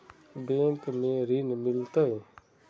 Bank में ऋण मिलते?